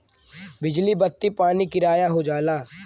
बिजली बत्ती पानी किराया हो जाला